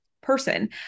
person